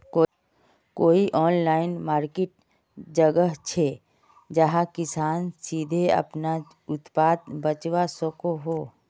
कोई online market जगह छे जहाँ किसान सीधे अपना उत्पाद बचवा सको हो?